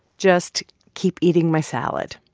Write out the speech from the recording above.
just keep eating my salad.